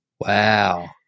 Wow